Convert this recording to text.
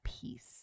peace